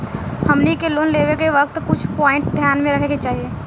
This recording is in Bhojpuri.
हमनी के लोन लेवे के वक्त कुछ प्वाइंट ध्यान में रखे के चाही